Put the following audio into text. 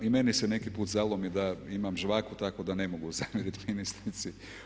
I meni se neki put zalomi da imam žvaku tako da ne mogu zamjeriti ministrici.